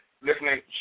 listening